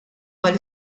mal